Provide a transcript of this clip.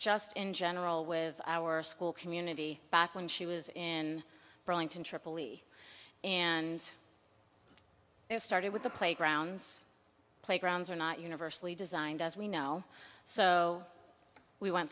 just in general with our school community back when she was in burlington tripoli and it started with the playgrounds playgrounds are not universally designed as we know so we went